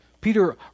Peter